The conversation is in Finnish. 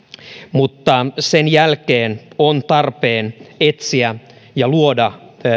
mutta sen jälkeen on tarpeen etsiä ja luoda